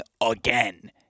again